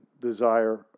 desire